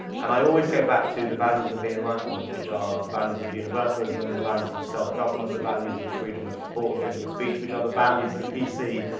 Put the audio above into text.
and i always go back to the values of the enlightenment, which are the values of universalism, the values of self-government, the values of freedom of thought and freedom of speech, which are the values that p c.